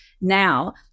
Now